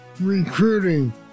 recruiting